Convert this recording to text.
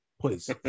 Please